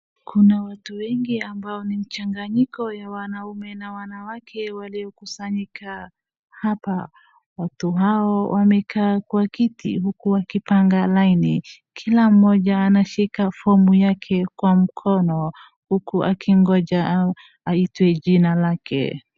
Kuna watu wengi ambao ni mchanganyiko ya wanaume na wanawake waliokusanyika hapa. Watu hao wamekaa kwa kiti uku wakipanga laini. Kila mmoja anashika fomu yake kwa mkono uku akigonja aitwe jina lake.